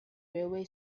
railway